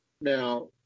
Now